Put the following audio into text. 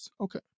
Okay